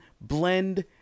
blend